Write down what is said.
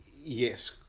Yes